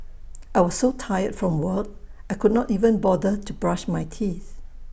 I was so tired from work I could not even bother to brush my teeth